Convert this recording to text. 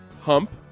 hump